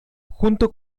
junto